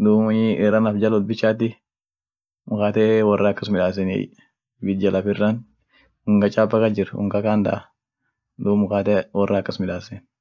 ihamaan sood ijijiseni gosseni kakeni